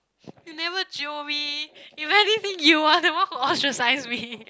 you never jio me if anything you're the one who ostracise me